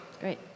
Great